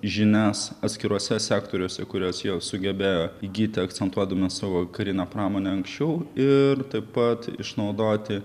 žinias atskiruose sektoriuose kurias jie sugebėjo įgyti akcentuodami savo karinę pramonę anksčiau ir taip pat išnaudoti